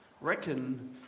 reckon